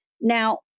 Now